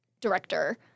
director